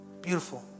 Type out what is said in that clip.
Beautiful